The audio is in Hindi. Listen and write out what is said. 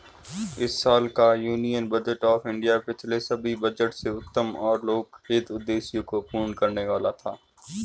इस साल का यूनियन बजट ऑफ़ इंडिया पिछले सभी बजट से उत्तम और लोकहित उद्देश्य को पूर्ण करने वाला था